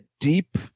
deep